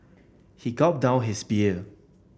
he gulped down his beer